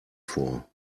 vor